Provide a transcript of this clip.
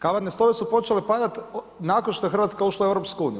Kamatne stope su počele padati nakon što je Hrvatska ušla u EU.